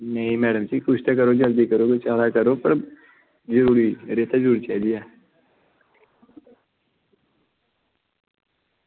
नेईं मैडम जी कुछ करो जल्दी करो जरूरी रेता जरूरी चाहिदा ऐ